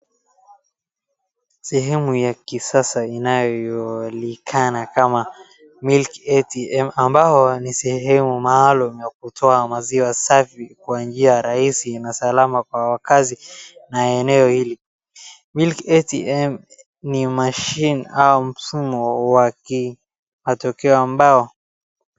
Sehemu ya kisasa inayojulikana kama Milk ATM ambayo ni sehemu maalum ya kutoa maziwa safi kwa njia rahisi na salama kwa wakazi na eneo hili. milk ATM ni mashine au mfumo wakimatokeo ambao...